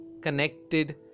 connected